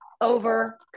over